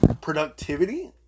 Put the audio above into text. productivity